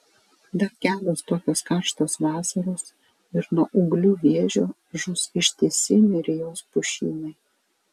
dar kelios tokios karštos vasaros ir nuo ūglių vėžio žus ištisi nerijos pušynai